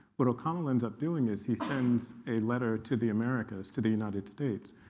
what o'connell ends up doing is he sends a letter to the americas, to the united states,